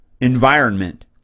environment